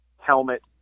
helmet